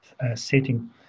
setting